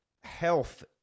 health